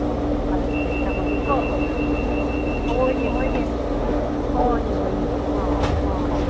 ꯍꯣꯏ ꯍꯣꯏ ꯐꯔꯦ ꯐꯔꯦ ꯊꯝꯃꯒꯦꯀꯣ ꯍꯣꯏꯅꯦ ꯍꯣꯏꯅꯦ ꯍꯣꯏꯅꯦ ꯍꯣꯏꯅꯦ ꯑꯥ ꯍꯣꯏ ꯍꯣꯏ